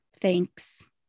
Thanks